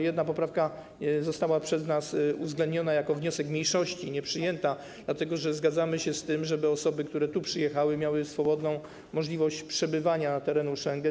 Jedna poprawka została przez nas uwzględniona jako wniosek mniejszości, nieprzyjęta, dlatego że zgadzamy się z tym, żeby osoby, które tu przyjechały, miały swobodną możliwość przebywania w strefie Schengen.